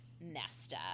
Nesta